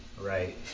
right